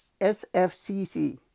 SFCC